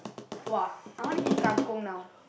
!wah! I wanna eat kangkong now